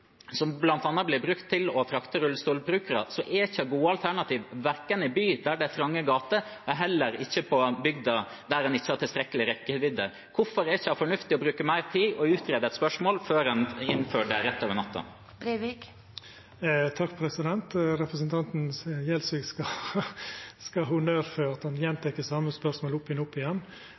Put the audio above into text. som bl.a. blir brukt til å frakte rullestolbrukere, er det ikke gode alternativ, verken i by, der det er trange gater, og heller ikke på bygda, der en ikke har tilstrekkelig rekkevidde. Hvorfor er det ikke fornuftig å bruke mer tid på utrede et spørsmål før en innfører det rett over natten? Representanten Gjelsvik skal ha honnør for at han gjentek det same spørsmålet om igjen